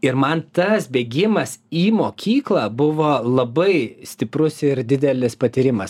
ir man tas bėgimas į mokyklą buvo labai stiprus ir didelis patyrimas